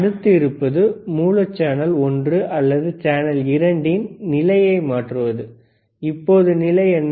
அடுத்து இருப்பது மூல சேனல் ஒன்று அல்லது சேனல் இரண்டின் நிலையை மாற்றுவது இப்போது நிலை என்ன